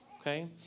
okay